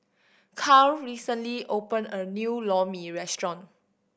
Cale recently opened a new Lor Mee restaurant